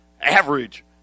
Average